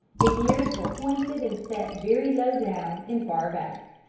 the ears were pointed and set very low down and far back.